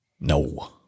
no